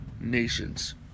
nations